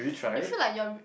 you feel like you are